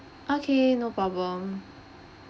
okay no problem